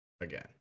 again